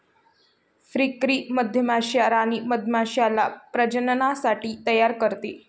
फ्रीकरी मधमाश्या राणी मधमाश्याला प्रजननासाठी तयार करते